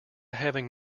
having